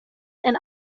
and